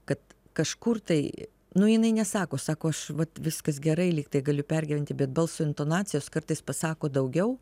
kad kažkur tai nu jinai nesako sako aš vat viskas gerai lyg tai gali pergyventi bet balso intonacijos kartais pasako daugiau